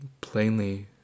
plainly